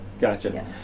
Gotcha